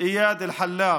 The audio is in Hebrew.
איאד אלחלאק.